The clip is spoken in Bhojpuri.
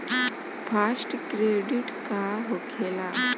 फास्ट क्रेडिट का होखेला?